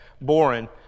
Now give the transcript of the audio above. Boren